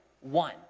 one